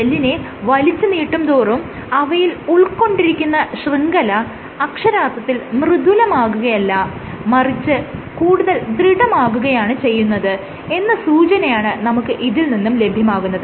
ജെല്ലിനെ വലിച്ചു നീട്ടുംതോറും അവയിൽ ഉൾക്കൊണ്ടിരിക്കുന്ന ശൃംഖല അക്ഷരാർത്ഥത്തിൽ മൃദുലമാകുകയല്ല മറിച്ച് കൂടുതൽ ദൃഢമാകുകയാണ് ചെയ്യുന്നത് എന്ന സൂചനയാണ് നമുക്ക് ഇതിൽ നിന്നും ലഭ്യമാകുന്നത്